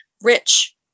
rich